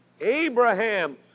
Abraham